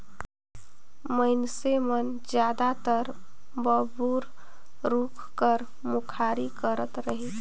मइनसे मन जादातर बबूर रूख कर मुखारी करत रहिन